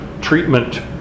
treatment